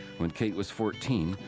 when kate was fourteen,